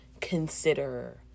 consider